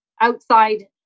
outside